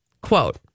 Quote